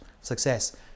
success